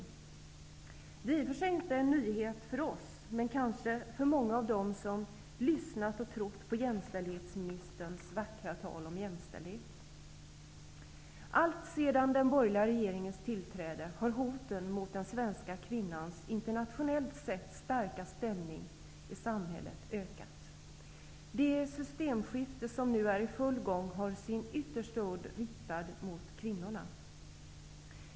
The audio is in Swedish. Det är i och för sig inte en nyhet för oss, men kanske för många av dem som har lyssnat och trott på jämställdhetsministerns vackra tal om jämställdhet. Alltsedan den borgerliga regeringens tillträde har hoten mot den svenska kvinnans internationellt sett starka ställning i samhället ökat. Det systemskifte som nu är i full gång har sin yttersta udd riktad mot kvinnorna.